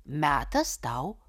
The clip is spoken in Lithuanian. metas tau